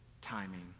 timing